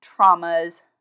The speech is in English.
traumas